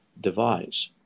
device